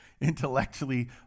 intellectually